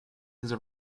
his